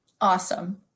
awesome